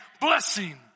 blessing